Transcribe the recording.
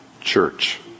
church